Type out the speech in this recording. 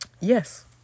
Yes